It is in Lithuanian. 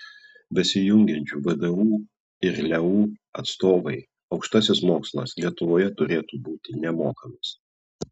besijungiančių vdu ir leu atstovai aukštasis mokslas lietuvoje turėtų būti nemokamas